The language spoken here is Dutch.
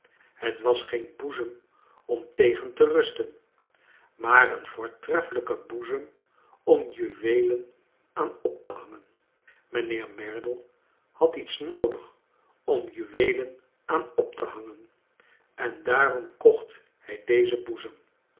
het was geen boezem om tegen te rusten maar een voortreffelijke boezem om juweelen aan op te hangen mijnheer merdle had iets noodig om juweelen aan op te hangen en daarom kocht hij dezen boezem